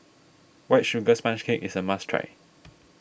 White Sugar Sponge Cake is a must try